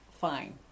Fine